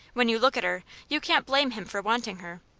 when you look at her, you can't blame him for wanting her.